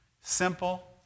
Simple